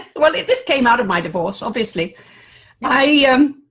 well this came out of my divorce. obviously i am,